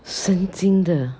神经的